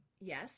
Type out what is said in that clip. yes